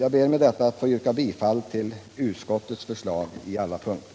Jag ber med detta att få yrka bifall till utskottets förslag i alla punkter.